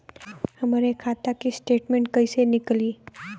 हमरे खाता के स्टेटमेंट कइसे निकली?